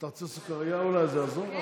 אתה רוצה סוכריה, אולי, זה יעזור.